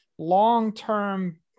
long-term